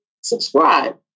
subscribe